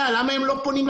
אם זה נכס לא ראוי,